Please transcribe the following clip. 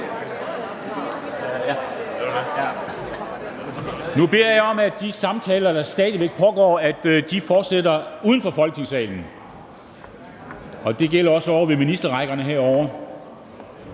Jeg beder om, at de samtaler, der stadig væk pågår, fortsætter uden for Folketingssalen. Det gælder også for dem ovre ved ministerrækkerne.